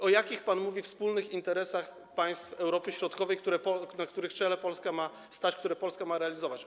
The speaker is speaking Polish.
O jakich pan mówi wspólnych interesach państw Europy Środkowej, na których czele ma stać Polska, które Polska ma realizować?